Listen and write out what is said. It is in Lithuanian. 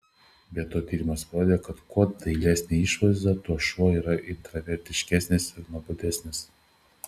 be to tyrimas parodė kad kuo dailesnė išvaizda tuo šuo yra intravertiškesnis ir nuobodesnis